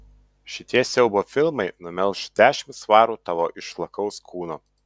šitie siaubo filmai numelš dešimt svarų tavo išlakaus kūno